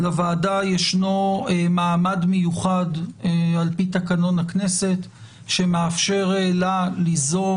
לוועדה ישנו מעמד מיוחד על פי תקנון הכנסת שמאפשר לה ליזום